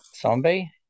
zombie